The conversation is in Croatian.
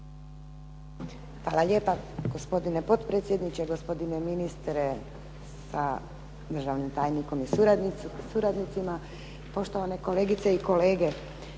Hvala lijepa. Gospodine potpredsjedniče, gospodine ministre sa državnim tajnikom i suradnicima, poštovane kolegice i kolege.